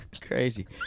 crazy